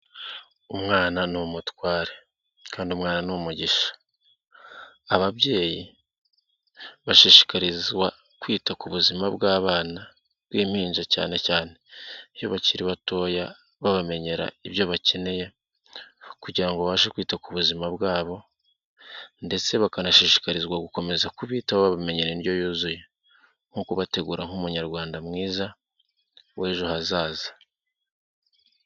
Umwana ni umutware kandi umwana ni umugisha. Ababyeyi bashishika kwita ku buzima bw'abana b'impinja cyane cyane iyo bakiri batoya, babamenyera ibyo bakeneye kugira ngo babashe kwita ku buzima bwabo ndetse bakanashishikarizwa gukomeza kubita bamenyera indyo yuzuye, nko kubategura nk'umunyarwanda mwiza w'ejo hazaza.